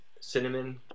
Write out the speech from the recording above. Cinnamon